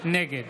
נגד